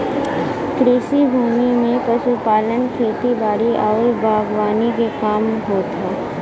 कृषि भूमि में पशुपालन, खेती बारी आउर बागवानी के काम होत हौ